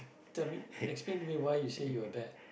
tell me explain to me why you say you're that